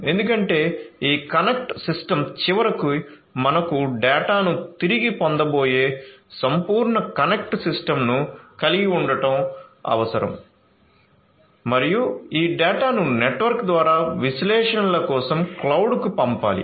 ఎందుకంటే ఈ connect system చివరికి మనకు డేటాను తిరిగి పొందబోయే సంపూర్ణ కనెక్ట్ సిస్టమ్ను కలిగి ఉండటం అవసరం మరియు ఈ డేటాను నెట్వర్క్ ద్వారా విశ్లేషణల కోసం క్లౌడ్కు పంపాలి